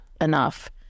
enough